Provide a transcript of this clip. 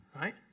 right